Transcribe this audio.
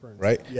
Right